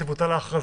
תבוטל הכרזה.